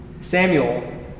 Samuel